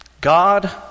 God